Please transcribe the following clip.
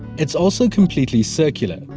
it's also completely circular.